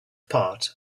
part